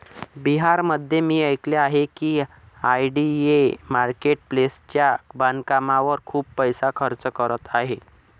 बिहारमध्ये मी ऐकले आहे की आय.डी.ए मार्केट प्लेसच्या बांधकामावर खूप पैसा खर्च करत आहे